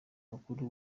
mukuru